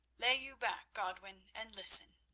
lay you back, godwin, and listen.